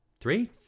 three